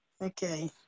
Okay